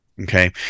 Okay